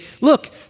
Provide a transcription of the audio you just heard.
look